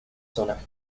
zonas